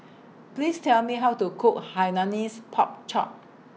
Please Tell Me How to Cook Hainanese Pork Chop